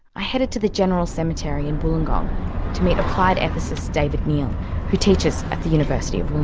i headed to the general cemetery in wollongong to meet applied ethicist david neil who teaches at the university of